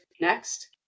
next